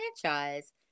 franchise